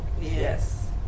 Yes